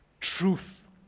truth